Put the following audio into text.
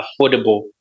affordable